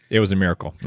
it was a miracle.